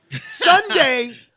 Sunday